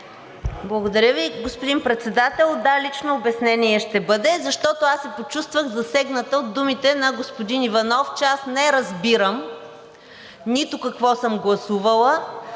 Благодаря Ви, господин Председател. Да, лично обяснение ще бъде, защото аз се почувствах засегната от думите на господин Иванов, че аз не разбирам нито какво съм гласувала,